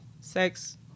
sex